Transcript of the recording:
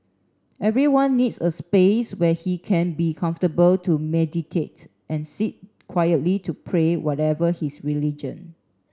everyone needs a space where he can be comfortable to meditate and sit quietly to pray whatever his religion